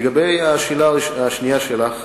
לגבי השאלה השנייה שלך,